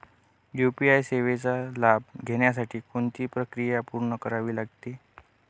UPI सेवेचा लाभ घेण्यासाठी कोणती प्रक्रिया पूर्ण करावी लागते?